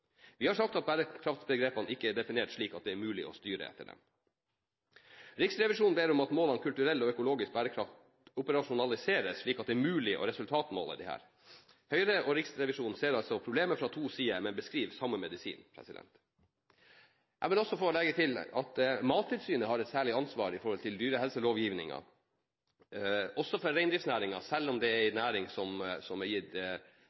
Vi har sagt at bærekraftbegrepene ikke er definert slik at det er mulig å styre etter dem. Riksrevisjonen ber om at målene kulturell og økologisk bærekraft operasjonaliseres, slik at det er mulig å resultatmåle disse. Høyre og Riksrevisjonen ser altså problemet fra to sider, men beskriver samme medisin. Jeg vil også legge til at Mattilsynet har et særlig ansvar med hensyn til dyrehelselovgivningen, også for reindriftsnæringen. Selv om dette er en næring som er gitt